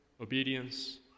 Obedience